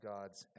God's